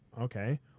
okay